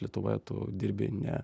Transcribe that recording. lietuvoje tu dirbi ne